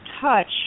touch